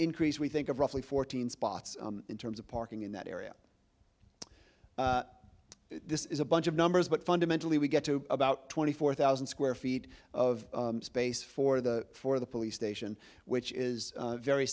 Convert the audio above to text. increase we think of roughly fourteen spots in terms of parking in that area this is a bunch of numbers but fundamentally we get to about twenty four thousand square feet of space for the for the police station which is very